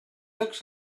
looks